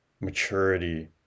maturity